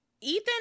Ethan